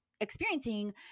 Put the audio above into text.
experiencing